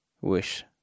Wish